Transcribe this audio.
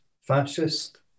fascist